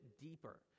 deeper